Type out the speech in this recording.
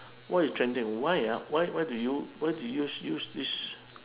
what is trending why ah why why do you why do you use this